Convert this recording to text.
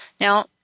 Now